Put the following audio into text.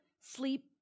sleep